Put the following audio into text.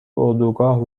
اردوگاه